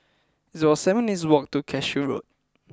it's about seven minutes' walk to Cashew Road